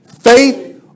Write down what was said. Faith